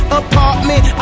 apartment